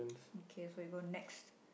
okay so we go next